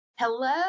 Hello